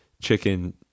chicken